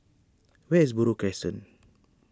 where is Buroh Crescent